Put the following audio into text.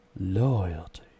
loyalty